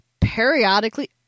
periodically